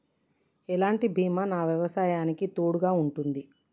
ఎలాంటి బీమా నా వ్యవసాయానికి తోడుగా ఉంటుంది?